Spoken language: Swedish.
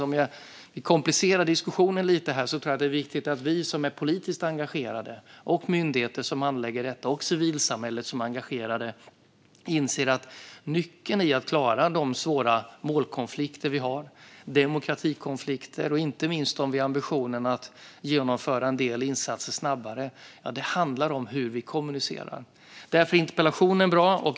Om vi komplicerar diskussionen lite tror jag att det är viktigt att vi som är politisk engagerade, myndigheter som handlägger detta och civilsamhället som är engagerat inser att detta är nyckeln till att klara de svåra målkonflikter och demokratikonflikter som vi har. Det gäller inte minst om vi har ambitionen att genomföra en del insatser snabbare. Det handlar om hur vi kommunicerar. Därför är interpellationen bra.